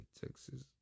Texas